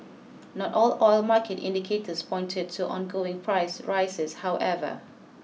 not all oil market indicators pointed to on going price rises however